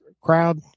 crowd